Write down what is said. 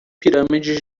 pirâmides